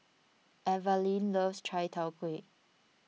Evalyn loves Chai Tow Kuay